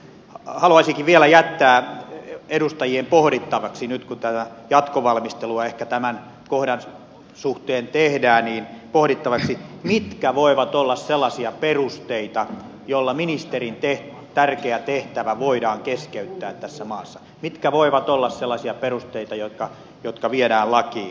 haluaisinkin vielä jättää edustajien pohdittavaksi nyt kun jatkovalmistelua ehkä tämän kohdan suhteen tehdään mitkä voivat olla sellaisia perusteita joilla ministerin tärkeä tehtävä voidaan keskeyttää tässä maassa mitkä voivat olla sellaisia perusteita jotka viedään lakiin